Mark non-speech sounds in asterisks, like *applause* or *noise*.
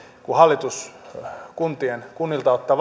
kun hallitus kunnilta ottaa *unintelligible*